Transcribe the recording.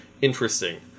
interesting